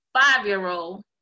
five-year-old